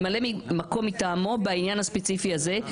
ממלא מקום מטעמו בעניין הספציפי הזה,